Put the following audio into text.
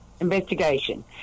Investigation